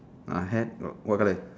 ah have got what colour